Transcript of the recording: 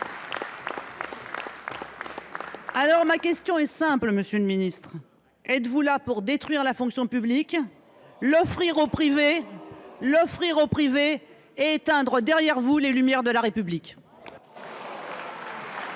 Aussi, ma question est simple, monsieur le ministre : êtes vous là pour détruire la fonction publique, l’offrir au privé et éteindre derrière vous les lumières de la République ?